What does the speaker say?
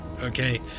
Okay